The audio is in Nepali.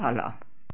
तल